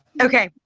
okay.